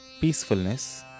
Peacefulness